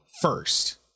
first